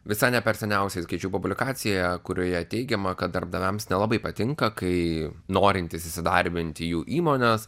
visai ne per seniausiai skaičiau publikaciją kurioje teigiama kad darbdaviams nelabai patinka kai norintys įsidarbinti jų įmonės